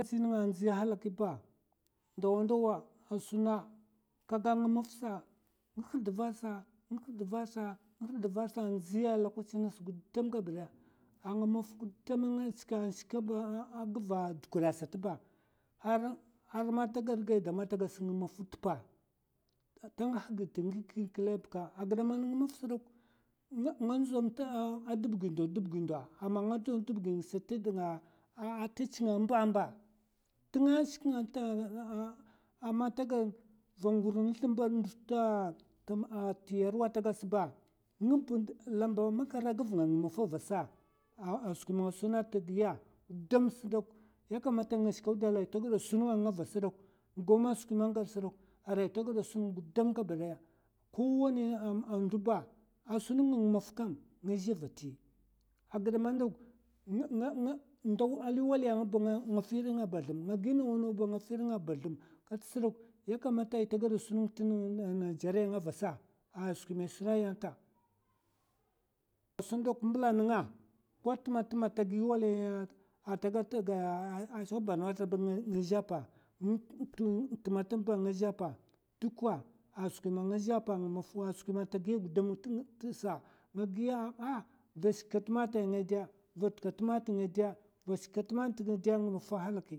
Ndziya a halaki ba ndawa ndawa asuna kata a maffa sa, nga hurdeva asa nga hurdeva asa andzi a halaki, nga shke a nga shke a dukud asat ba, har ma ta gaɓ geidam atagaɓ sa nga. maffa nga a zhe te pa, te duniya klek ba agiɓe man nga ndzo adeb gi ndo adeb gi ndo. ata chinga amba amba tun ashke nga ba. ndo nduh na yerwa ata gaɓ sa, ɓakwa lamba makara skwi man nga suna ata tagiya, tagaɓa sun nga anga avasa, ko wani ndo ba asun nga anga maffa nga maffa nga a zhe avati, agide man ndo liwali nga ba, nga fi ndav, nga ba tagaɓa sun nga te nigeria avasa a skwi man ye suna a ye nta, ka sun dok mbela nenga'a ko tema tema a tagi wali, ta tsau ball ba nga zhe a pa, temam tema ba nga zhe a pa, duka a tema tema, va gau kat ma ata nga giya va do kat ma ta nga de anga maffa.